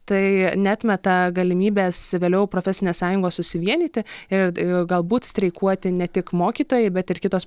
tai neatmeta galimybės vėliau profesinės sąjungos susivienyti ir galbūt streikuoti ne tik mokytojai bet ir kitos